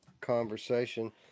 conversation